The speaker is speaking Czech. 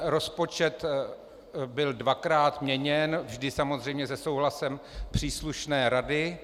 Rozpočet byl dvakrát měněn, vždy samozřejmě se souhlasem příslušné rady.